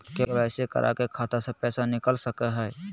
KYC करा के खाता से पैसा निकल सके हय?